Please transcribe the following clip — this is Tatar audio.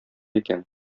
икән